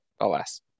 alas